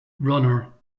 runner